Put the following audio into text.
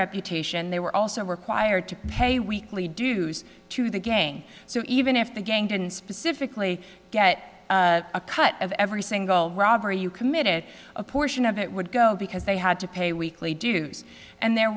reputation they were also required to pay weekly dues to the gang so even if the gang didn't specifically get a cut of every single robbery you committed a portion of it would go because they had to pay weekly dues and there